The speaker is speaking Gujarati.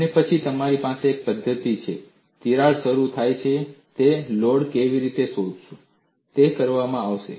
અને પછી તમારી પાસે એક પદ્ધતિ છે તિરાડ શરૂ થાય છે તે લોડ કેવી રીતે શોધવો તે કરવામાં આવશે